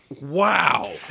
Wow